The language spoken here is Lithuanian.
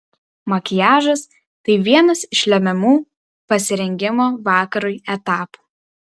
makiažas tai vienas iš lemiamų pasirengimo vakarui etapų